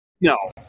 No